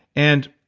and